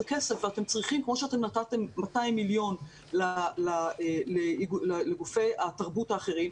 כמו שנתתם 200 מיליון שקלים לגופי התרבות האחרים,